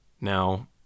Now